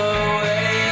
away